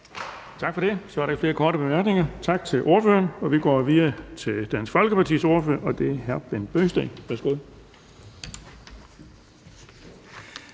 Tak for det. Der er ikke flere korte bemærkninger. Tak til ordføreren. Vi går videre til Dansk Folkepartis ordfører, og det er hr. Bent Bøgsted.